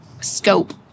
scope